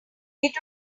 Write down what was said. would